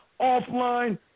offline